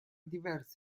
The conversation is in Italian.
diverse